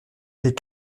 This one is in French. les